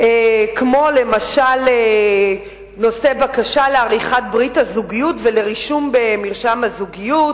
למשל בנושא הבקשה לעריכת ברית הזוגיות ולרישום במרשם הזוגיות,